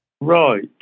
Right